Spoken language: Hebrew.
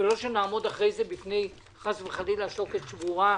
ולא שנעמוד אחרי זה בפני, חס וחלילה, שוקת שבורה.